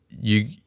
you-